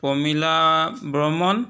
Pramila Barman